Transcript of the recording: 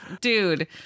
dude